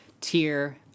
tier